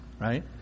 right